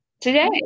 today